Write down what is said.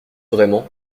vraiment